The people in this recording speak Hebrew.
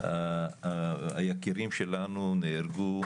היקירים שלנו נהרגו,